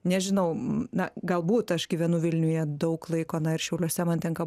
nežinau na galbūt aš gyvenu vilniuje daug laiko na ir šiauliuose man tenka